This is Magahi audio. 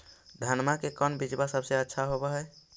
धनमा के कौन बिजबा सबसे अच्छा होव है?